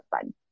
fun